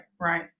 right